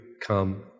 come